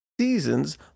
Seasons